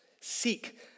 Seek